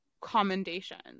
commendations